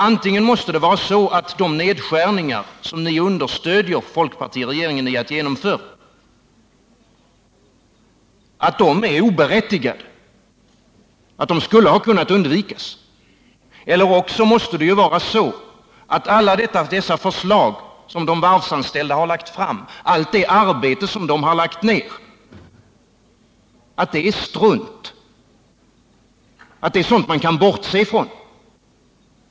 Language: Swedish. Antingen måste, Rune Johansson, de nedskärningar som ni hjälper folkpartiregeringen att genomföra vara oberättigade och skulle ha kunnat undvikas, eller också måste alla de förslag som de varvsanställda har lagt fram, allt det arbete som de har lagt ner vara strunt, sådant som man kan bortse från.